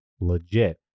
legit